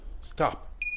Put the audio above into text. stop